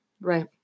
Right